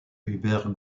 hubert